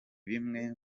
bimwe